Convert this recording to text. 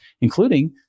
including